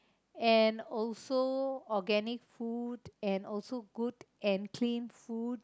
and also organic food and also good and clean food